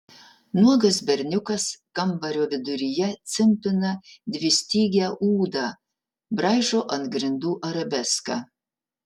nuogas berniukas kambario viduryje cimpina dvistygę ūdą braižo ant grindų arabeską